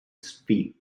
feet